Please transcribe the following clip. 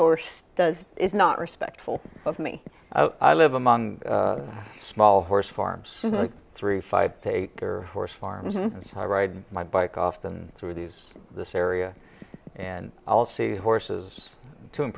horse does is not respectful of me i live among small horse farms three five they are horse farms so i ride my bike often through these this area and i'll see horses too in